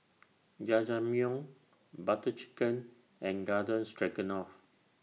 Jajangmyeon Butter Chicken and Garden Stroganoff